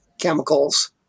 chemicals